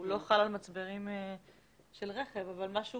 הוא לא חל על מצברים של רכב אבל מה שהוא